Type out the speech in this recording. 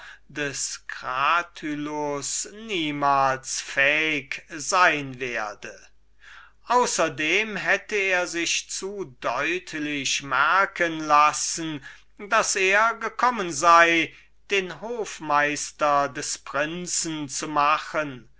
timäus niemals fähig sein werde überdem hätte er sich zu deutlich merken lassen daß er gekommen sei den hofmeister des prinzen zu machen